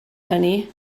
hynny